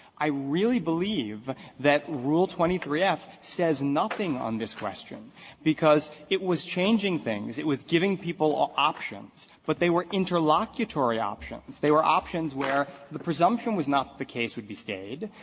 i really believe that rule twenty three f says nothing on this question because it was changing things. it was giving people ah options, but they were interlocutory options. they were options where the presumption was not that the case would be stayed.